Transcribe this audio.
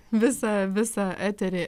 visą visą eterį